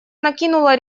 накинула